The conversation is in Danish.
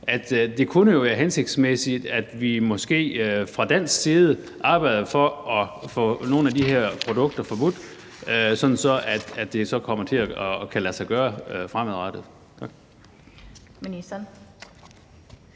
kunne være hensigtsmæssigt, at vi måske fra dansk side arbejder for at få nogle af de her produkter gjort forbudt, sådan at det kommer til at kunne lade sig gøre fremadrettet.